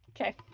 Okay